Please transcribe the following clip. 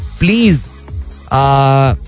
please